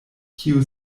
kio